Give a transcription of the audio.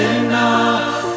enough